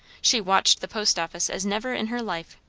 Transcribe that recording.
she watched the post office as never in her life,